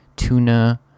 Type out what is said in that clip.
Tuna